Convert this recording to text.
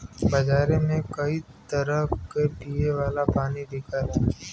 बजारे में कई तरह क पिए वाला पानी बिकला